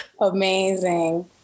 Amazing